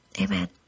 Amen